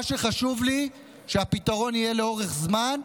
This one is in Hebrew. מה שחשוב לי זה שהפתרון יהיה לאורך זמן,